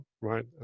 right